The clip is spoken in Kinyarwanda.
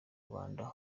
rwanda